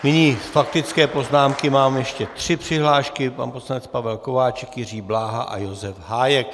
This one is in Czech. Nyní faktické poznámky, mám ještě tři přihlášky: pan poslanec Pavel Kováčik, Jiří Bláha a Josef Hájek.